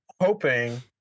hoping